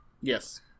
Yes